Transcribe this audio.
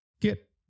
get